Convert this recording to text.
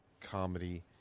comedy